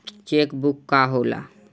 Check book का होला?